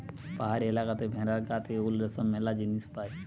পাহাড়ি এলাকাতে ভেড়ার গা থেকে উল, রেশম ম্যালা জিনিস পায়